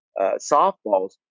softballs